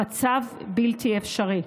המצב בלתי אפשרי.